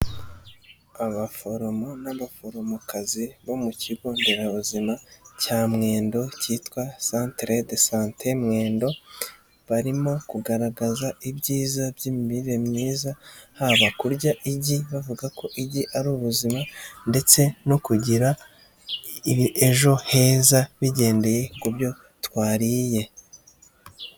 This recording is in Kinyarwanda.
Abaforomo n'abaforomokazi bo mu kigo nderabuzima cya Mwendo kitwa Centre de Santé Mwendo, barimo kugaragaza ibyiza by'imirire myiza, haba kurya igi, bavuga ko igi ari ubuzima ndetse no kugira ejo heza bigendeye ku byo twariye.